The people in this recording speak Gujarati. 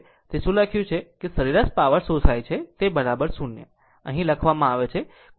તે અહીં શું લખ્યું છે કે સરેરાશ પાવર શોષાય છે 0 જે તે અહીં આપવામાં આવે છે